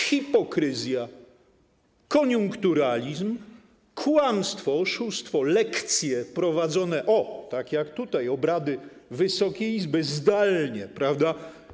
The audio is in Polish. Hipokryzja, koniunkturalizm, kłamstwo, oszustwo, lekcje prowadzone - o, tak jak tutaj obrady Wysokiej Izby - zdalnie, prawda?